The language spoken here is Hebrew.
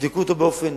יבדקו אותו באופן